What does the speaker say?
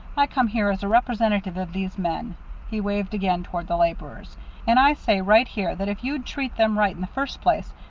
i come here as a representative of these men he waved again toward the laborers and i say right here, that if you'd treated them right in the first place,